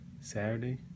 Saturday